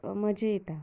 खूब मजा येता